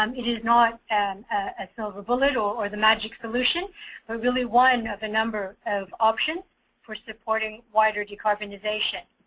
um it is not and a silver bullet or the magic solution, but really one of a number of options for supporting wider decarbonization.